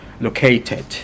located